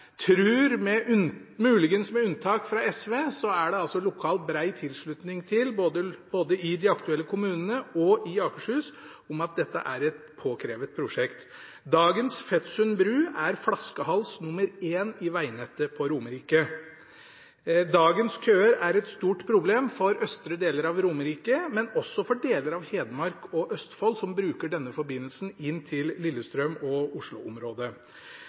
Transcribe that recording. muligens med unntak fra SV er det både i de aktuelle kommunene og i Akershus lokalt bred tilslutning til at dette er et påkrevd prosjekt. Dagens Fetsund bru er flaskehals nr. én i vegnettet på Romerike. Dagens køer er et stort problem for østre deler av Romerike, men også for deler av Hedmark og Østfold, som bruker denne forbindelsen inn til Lillestrøm og